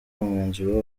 umwanzuro